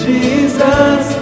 Jesus